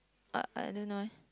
but I don't know eh